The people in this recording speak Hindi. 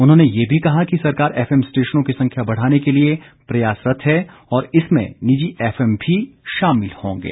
उन्होंने यह भी कहा कि सरकार एफएम स्टेशनों की संख्या बढ़ाने के लिए प्रयासरत है और इसमें निजी एफएम भी शामिल होंगे